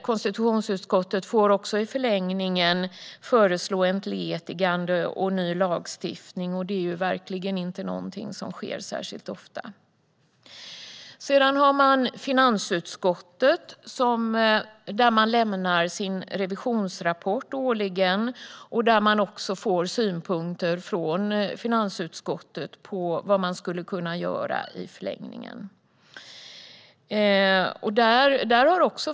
Konstitutionsutskottet får också i förlängningen föreslå entledigande och ny lagstiftning, och det är verkligen inte någonting som sker särskilt ofta. Man lämnar sin revisionsrapport årligen till finansutskottet, och där får man också synpunkter från utskottet på vad man skulle kunna göra i förlängningen.